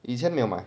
以前没有买